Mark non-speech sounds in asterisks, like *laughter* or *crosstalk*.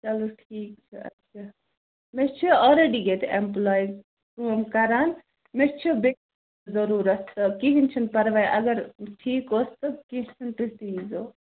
چَلو ٹھیٖک چھُ اَچھا مےٚ چھِ آریٚڈی ییٚتہِ اٮ۪مپُلایِز کٲم کَران مےٚ چھِ *unintelligible* ضُروٗرت کِہیٖنۍ چھُنہٕ پرواے اگر ٹھیٖک اوس تہٕ کیٚنٛہہ چھُنہٕ تُہۍ تہِ ییٖزیو